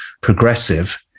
progressive